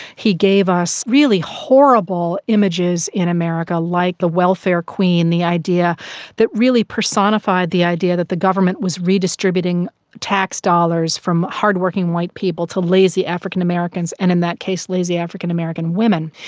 he gave us really horrible images in america, like the welfare queen, the idea that really personified the idea that the government was redistributing tax dollars from hard working white people to lazy african americans, and in that case lazy african american women.